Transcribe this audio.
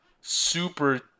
super